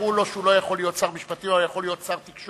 אמרו לו שהוא לא יכול להיות שר המשפטים אבל הוא יכול להיות שר התקשורת